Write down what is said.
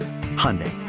Hyundai